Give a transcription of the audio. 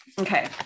Okay